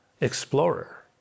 explorer